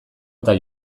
eta